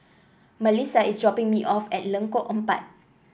Malissa is dropping me off at Lengkok Empat